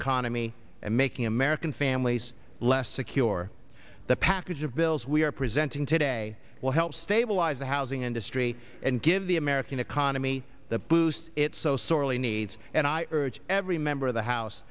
economy and making american families less secure the package of bills we are presenting today will help stabilize the housing industry and give the american economy the boost it so sorely needs and i urge every member of the house